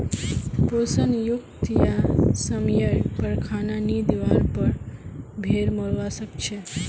पोषण युक्त या समयर पर खाना नी दिवार पर भेड़ मोरवा सकछे